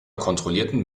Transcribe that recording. kontrollierten